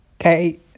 Okay